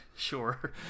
Sure